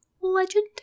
Legend